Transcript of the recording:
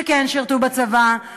שכן שירתו בצבא,